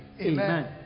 Amen